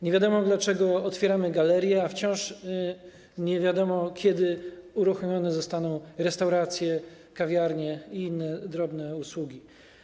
Nie wiadomo, dlaczego otwieramy galerie, a wciąż nie wiadomo, kiedy uruchomione zostaną restauracje, kawiarnie i inne drobne usługi.